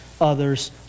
others